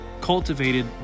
cultivated